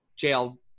jail